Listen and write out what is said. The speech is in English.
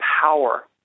power